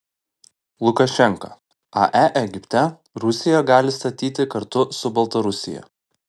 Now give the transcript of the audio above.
lukašenka ae egipte rusija gali statyti kartu su baltarusija